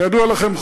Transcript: כידוע לכם,